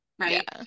right